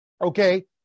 okay